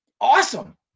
awesome